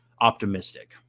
optimistic